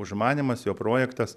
užmanymas jo projektas